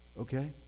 okay